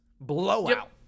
blowout